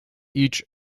each